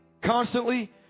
constantly